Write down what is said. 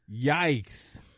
Yikes